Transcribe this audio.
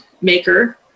maker